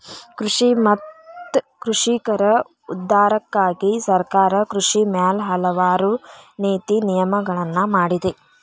ಕೃಷಿ ಮತ್ತ ಕೃಷಿಕರ ಉದ್ಧಾರಕ್ಕಾಗಿ ಸರ್ಕಾರ ಕೃಷಿ ಮ್ಯಾಲ ಹಲವಾರು ನೇತಿ ನಿಯಮಗಳನ್ನಾ ಮಾಡಿದೆ